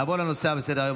נעבור לנושא הבא בסדר-היום,